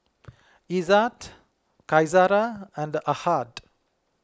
Izzat Qaisara and Ahad